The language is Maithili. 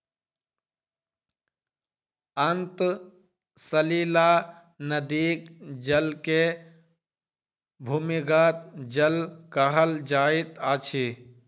अंतः सलीला नदीक जल के भूमिगत जल कहल जाइत अछि